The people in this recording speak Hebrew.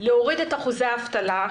להוריד את אחוזי האבטלה,